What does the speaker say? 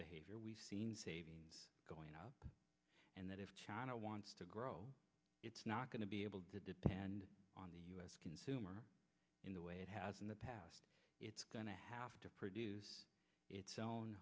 behavior we've seen going up and that if china wants to grow it's not going to be able to depend on the u s consumer in the way it has in the past it's going to have to produce its own